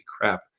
crap